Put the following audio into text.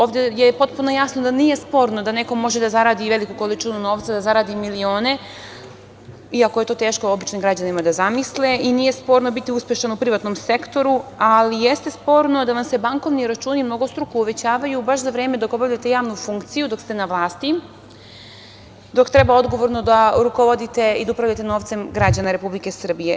Ovde je potpuno jasno da nije sporno da neko može da zaradi i veliku količinu novca, da zaradi milione, iako je to teško običnim građanima da zamisle i nije sporno biti uspešan u privatnom sektoru, ali jeste sporno da vam se bankovni računi mnogostruko uvećavaju baš za vreme dok obavljate javnu funkciju, dok ste na vlasti, dok treba odgovorno da rukovodite i da upravljate novcem građana Republike Srbije.